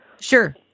Sure